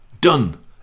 done